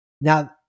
Now